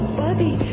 buddy